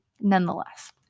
nonetheless